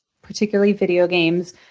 particularly video games,